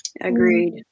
Agreed